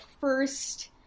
first